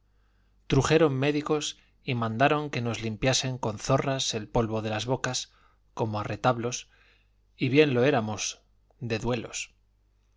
trujeron médicos y mandaron que nos limpiasen con zorras el polvo de las bocas como a retablos y bien lo éramos de duelos